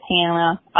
Hannah